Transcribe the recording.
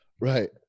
Right